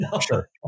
sure